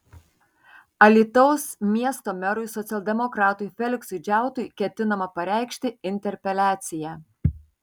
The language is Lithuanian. alytaus miesto merui socialdemokratui feliksui džiautui ketinama pareikšti interpeliaciją